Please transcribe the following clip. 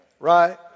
Right